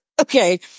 Okay